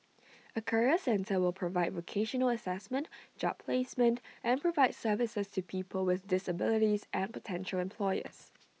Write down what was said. A career centre will provide vocational Assessment job placement and support services to people with disabilities and potential employers